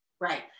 right